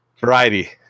Variety